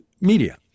media